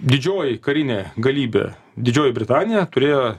didžioji karinė galybė didžioji britanija turėjo